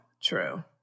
True